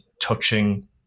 touching